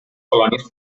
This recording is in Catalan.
colònies